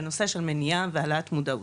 בנושא של מניעה והעלאת מודעות.